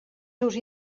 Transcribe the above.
seus